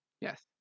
Yes